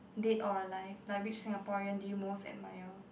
dead or alive like which Singaporean do you most admire